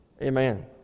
Amen